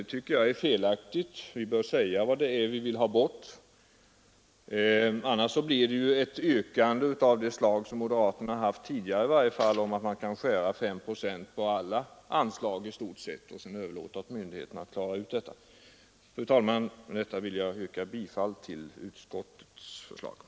Jag tycker att det är felaktigt; vi bör säga vad vi vill ha bort. Annars blir det ett yrkande av samma slag som moderaterna tidigare har framställt: att man skall skära bort 5 procent på i stort sett alla anslag och sedan överlåta åt myndigheterna att klara av detta. Fru talman! Med det anförda vill jag yrka bifall till utskottets hemställan.